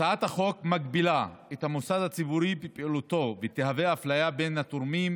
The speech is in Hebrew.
הצעת החוק מגבילה את המוסד הציבורי בפעילותו ותהווה אפליה בין התורמים,